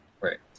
Right